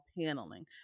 paneling